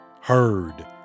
heard